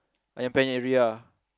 Ayam-Penyet-Ria